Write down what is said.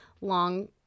long-